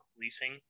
leasing